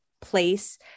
place